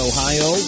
Ohio